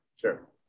Sure